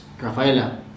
Rafaela